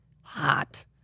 hot